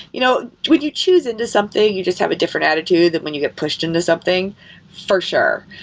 you know would you choose into something, you just have a different attitude that when you get pushed into something for sure.